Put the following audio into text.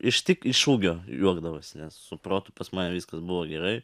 ištik iš ūgio juokdavosi nes su protu pas mane viskas buvo gerai